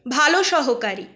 ভালো সহকারী